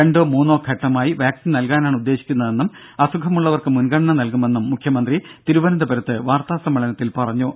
രണ്ടോ മൂന്നോ ഘട്ടമായി വാക്സിൻ നൽകാനാണ് ഉദ്ദേശിക്കുന്നതെന്നും അസുഖമുള്ളവർക്ക് മുൻഗണന നൽകുമെന്നും മുഖ്യമന്ത്രി തിരുവനന്തപുരത്ത് വാർത്താ സമ്മേളനത്തിൽ പറഞ്ഞു